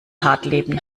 hartleben